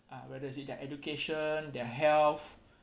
uh whether is it their education their health